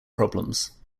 problems